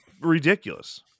ridiculous